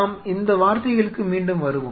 நாம் இந்த வார்த்தைகளுக்கு மீண்டும் வருவோம்